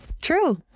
true